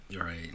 right